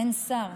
אין שר,